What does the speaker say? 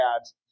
ads